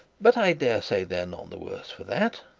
but i dare say they are none the worse for that